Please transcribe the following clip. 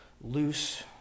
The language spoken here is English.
loose